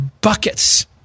buckets